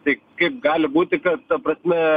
tai kaip gali būti kad ta prasme